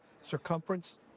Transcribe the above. circumference